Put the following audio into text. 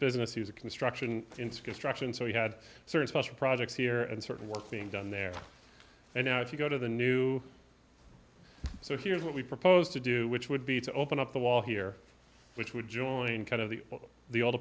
business he was a construction into construction so he had sort of special projects here and certain working down there and now if you go to the new so here's what we proposed to do which would be to open up the wall here which would join kind of the